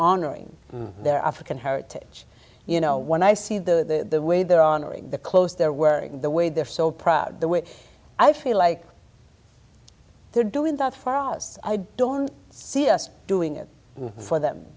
honoring their african heritage you know when i see the way they're honoring the clothes they're wearing the way they're so proud the way i feel like they're doing that for us i don't see us doing it for them